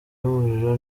y’umuriro